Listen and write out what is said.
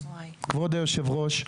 כבוד יושב הראש,